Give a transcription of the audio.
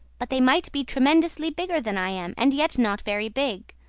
but they might be tremendously bigger than i am, and yet not very big.